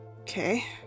Okay